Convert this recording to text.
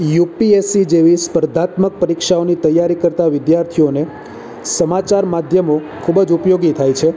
UPSC જેવી સ્પર્ધાત્મક પરીક્ષાઓની તૈયારી કરતા વિદ્યાર્થીઓને સમાચાર માધ્યમો ખૂબ જ ઉપયોગી થાય છે